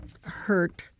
hurt